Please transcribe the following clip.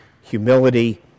humility